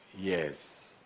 Yes